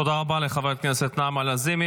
תודה רבה לחברת הכנסת נעמה לזימי.